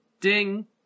Ding